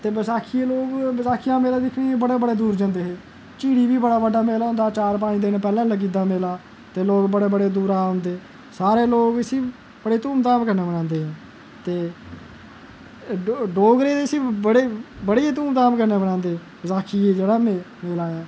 ते बसाखिया दा मेला दिक्खने गी लोग बड़े बड़े दूर जंदे हे झिड़ी बी बड़ा बड्डा मेला होंदा चार पंज दिन पैह्लें लग्गी जंदा मेला ते लोग बड़े बड़े दूरा दा औंदे ते सारे लोग इसी बड़ी धूमधाम कन्नै मनांदे न ते डोगरे इसी बड़े बड़ी धूमधाम कन्नै बनांदे बसाखियै ई जेह्ड़ा मेला ऐ